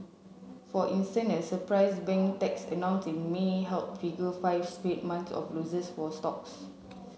for instance a surprise bank tax announce in May help trigger five straight months of losses for stocks